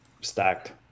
stacked